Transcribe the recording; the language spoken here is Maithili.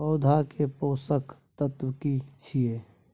पौधा के पोषक तत्व की छिये?